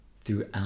throughout